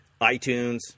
iTunes